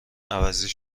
عوضی